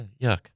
Yuck